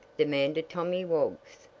demanded tommy woggs.